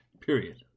Period